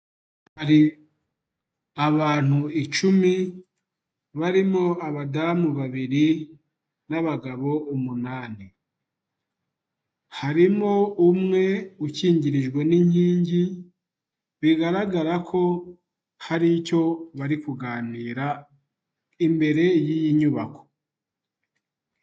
Hari abantu icumi barimo abadamu babiri n'abagabo umunani, harimo umwe ukingirijwe n'inyingi, bigaragara ko har'icyo bari kuganira imbere y'iyi nyubako.